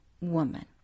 woman